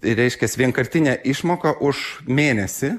reiškias vienkartinę išmoką už mėnesį